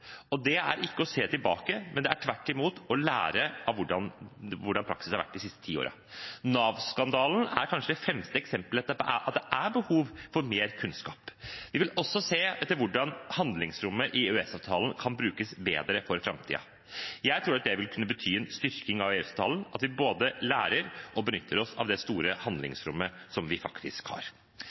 Det ga verdifull kunnskap. Det er ikke å se tilbake, men tvert imot å lære av hvordan praksis har vært de siste ti årene. Nav-skandalen er kanskje det fremste eksemplet på at det er behov for mer kunnskap. Vi vil også se etter hvordan handlingsrommet i EØS-avtalen kan brukes bedre for framtiden. Jeg tror at det vil kunne bety en styrking av EØS-avtalen – at vi både lærer om og benytter oss av det store handlingsrommet som vi faktisk har.